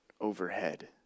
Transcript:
overhead